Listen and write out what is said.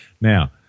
Now